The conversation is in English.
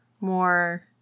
more